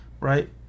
right